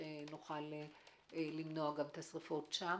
כדי שנוכל למנוע את השריפות שם.